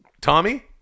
Tommy